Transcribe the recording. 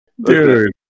dude